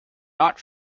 not